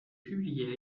publié